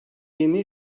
yeni